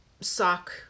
sock